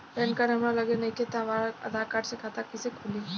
Pan card हमरा लगे नईखे त आधार कार्ड से खाता कैसे खुली?